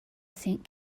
saint